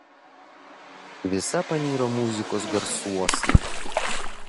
visa paniro muzikos garsuosna